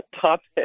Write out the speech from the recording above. topic